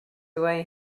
away